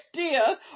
idea